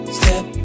step